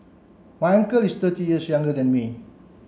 my uncle is thirty years younger than me